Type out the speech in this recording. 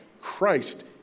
Christ